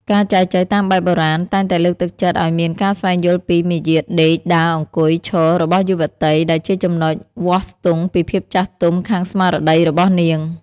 ការចែចូវតាមបែបបុរាណ តែងតែលើកទឹកចិត្តឱ្យមានការស្វែងយល់ពី "មាយាទដេក ដើរ អង្គុយ ឈរ" របស់យុវតី ដែលជាចំណុចវាស់ស្ទង់ពីភាពចាស់ទុំខាងស្មារតីរបស់នាង។